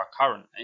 currently